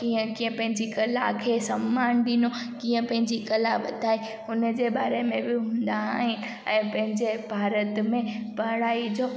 कीअं कीअं पंहिंजी कला खे सम्मान ॾिनो कीअं पंहिंजी कला वधाई हुनजे बारे में बि हूंदा आहिनि ऐं पंहिंजे भारत में पढ़ाईअ जो